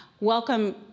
Welcome